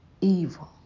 evil